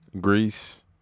Greece